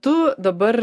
tu dabar